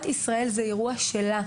זה אירוע של מדינת ישראל.